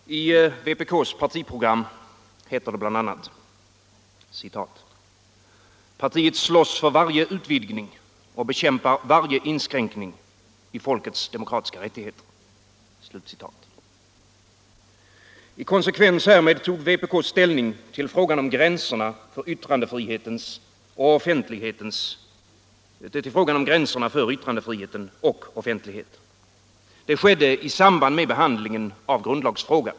Herr talman! I vpk:s partiprogram heter det bl.a.: ”Partiet slåss för varje utvidgning och bekämpar varje inskränkning i folkets demokratiska rättigheter”. I konsekvens härmed tog vpk ställning till frågan om gränserna för yttrandefriheten och offentligheten. Det skedde i samband med behandlingen av grundlagsfrågan.